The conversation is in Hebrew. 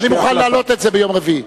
אני מוכן להעלות את זה ביום רביעי.